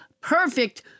perfect